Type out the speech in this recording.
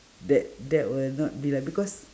that that will not be lah because